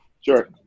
Sure